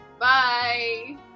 Bye